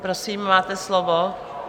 Prosím, máte slovo.